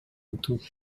утуп